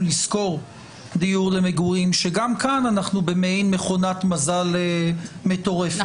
לשכור דירות למגורים שגם כאן אנחנו במעין מכונת מזל מטורפת.